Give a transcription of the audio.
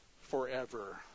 forever